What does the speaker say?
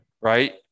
right